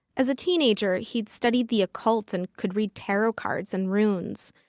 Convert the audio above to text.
as a teenager, he'd studied the occult and could read tarot cards and runes.